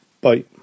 Bye